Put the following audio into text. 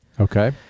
Okay